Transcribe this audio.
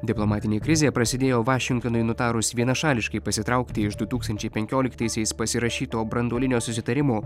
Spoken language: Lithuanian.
diplomatinė krizė prasidėjo vašingtonui nutarus vienašališkai pasitraukti iš du tūkstančiai penkioliktaisiais pasirašyto branduolinio susitarimo